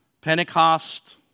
Pentecost